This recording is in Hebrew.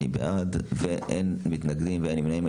אני בעד, ואין מתנגדים ואין נמנעים.